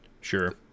Sure